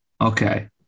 Okay